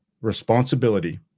responsibility